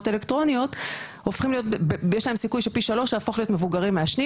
אלקטרוניות יש להם סיכוי של פי שלוש להפוך להיות מבוגרים מעשנים.